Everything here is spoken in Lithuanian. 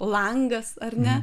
langas ar ne